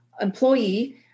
employee